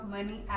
Money